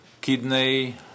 kidney